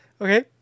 Okay